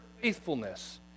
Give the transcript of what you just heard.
faithfulness